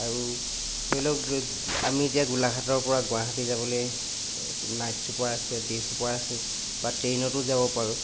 আৰু ধৰি লওক আমি এতিয়া গোলাঘাটৰ পৰা গুৱাহাটী যাবলে নাইট চুপাৰ আছে দে চুপাৰ আছে বা ট্ৰেইনতো যাব পাৰোঁ